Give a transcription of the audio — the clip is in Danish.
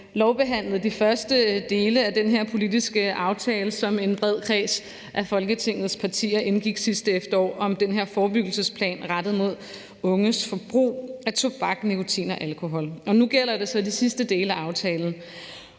lovbehandlede de første dele af den her politiske aftale, som en bred kreds af Folketingets partier indgik sidste efterår om den her forebyggelsesplan rettet mod unges forbrug af tobak, nikotin og alkohol, og nu gælder det så de sidste dele af aftalen.